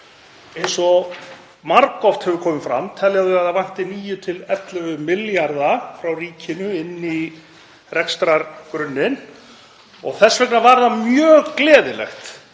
Eins og margoft hefur komið fram telja þau að það vanti 9–11 milljarða frá ríkinu inn í rekstrargrunninn. Þess vegna var mjög gleðilegt